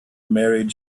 married